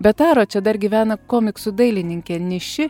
be taro čia dar gyvena komiksų dailininkė ir niši